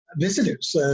visitors